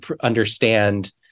understand